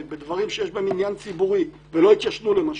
בדברים שיש בהם עניין ציבורי ולא התיישנו למשל,